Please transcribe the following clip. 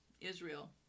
Israel